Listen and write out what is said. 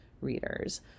readers